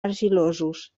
argilosos